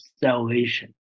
salvation